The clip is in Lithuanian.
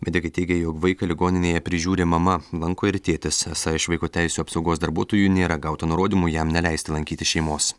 medikai teigė jog vaiką ligoninėje prižiūri mama lanko ir tėtis esą iš vaiko teisių apsaugos darbuotojų nėra gauta nurodymų jam neleisti lankyti šeimos